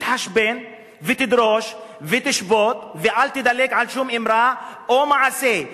תתחשבן ותדרוש ותשבות ואל תדלג על שום אמרה או מעשה,